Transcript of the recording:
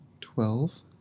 Twelve